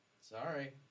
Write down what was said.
Sorry